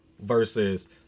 versus